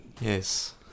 Yes